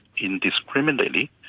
indiscriminately